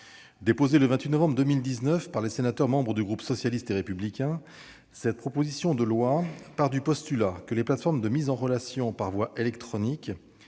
Déposée le 28 novembre 2019 par des sénateurs du groupe socialiste et républicain, la présente proposition de loi part du postulat que les plateformes de mise en relation par voie électronique